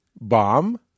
Bomb